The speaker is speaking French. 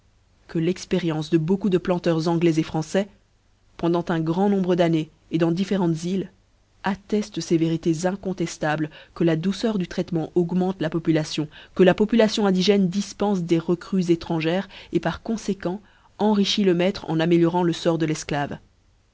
que l'expérience de beaucoup de planteurs anglois françois pendant un grand nombre d'années clans différentes jfles attelle ces vérités inccntëûables que la douceur du traitement augmente la population que la population indigène difpenfe des recrues étrangères patconféquenfenrichit le maître en améliorant le fort de tefclave